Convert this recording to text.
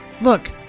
look